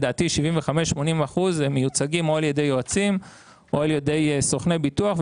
לדעתי 75%-80% הם מיוצגים או על ידי יועצים או על ידי סוכני ביטוח.